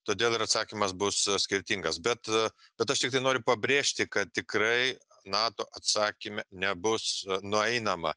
todėl ir atsakymas bus skirtingas bet kad aš tiktai noriu pabrėžti kad tikrai nato atsakyme nebus nueinama